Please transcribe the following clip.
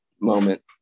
moment